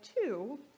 two